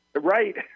Right